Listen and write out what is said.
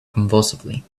convulsively